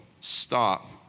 stop